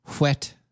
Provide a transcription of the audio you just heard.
wet